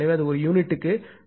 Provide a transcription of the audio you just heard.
எனவே அது ஒரு யூனிட்டுக்கு 0